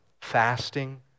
fasting